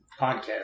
podcast